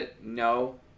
No